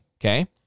okay